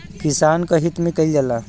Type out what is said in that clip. किसान क हित में कईल जाला